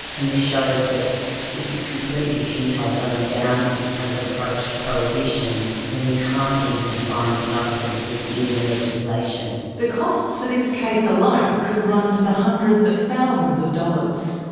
and this shows that this is completely futile, going down this kind of approach of prohibition when you can't even define the substance within the legislation. the costs for this case alone could run to the hundreds of thousands of dollars.